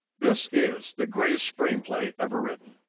this is the greatest screenplay ever written,